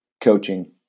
coaching